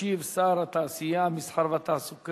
ישיב שר התעשייה, המסחר והתעסוקה,